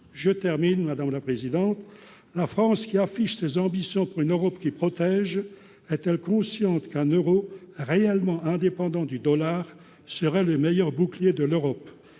Je termine, madame la présidente, la France qui affiche ses ambitions pour une Europe qui protège à-t-elle, consciente qu'un Euro réellement indépendant du dollar serait le meilleur bouclier de l'Europe